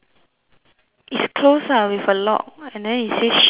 it's closed lah with a lock and then it says shack to rent